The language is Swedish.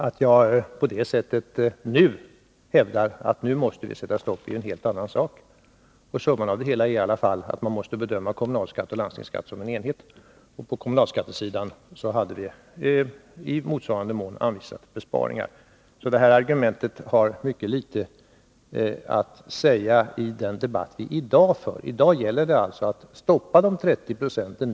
Att jag nu hävdar att vi måste sätta stopp är ju en helt annan sak. Summan av det hela blir i alla fall att man måste bedöma kommunalskatt och landstingsskatt som en enhet. På kommunalskattesidan hade det i motsvarande mån anvisats besparingar. Det nämnda argumentet har således mycket litet att säga oss i den debatt som vi i dag för. I dag gäller det alltså att stoppa vid de 30 procenten.